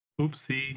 oopsie